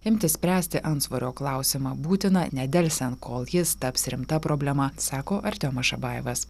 imti spręsti antsvorio klausimą būtina nedelsiant kol jis taps rimta problema sako artiomas šabajevas